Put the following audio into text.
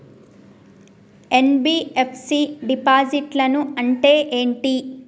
NBFC డిపాజిట్లను అంటే ఏంటి?